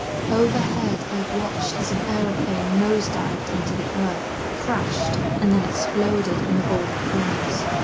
overhead i watched as an airplane nose-dived into the earth, crashed and then exploded in a ball of flames.